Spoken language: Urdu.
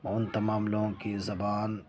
ان تمام لوگوں کی زبان